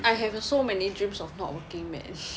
I have so many dreams of not working man